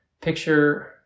picture